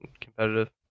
competitive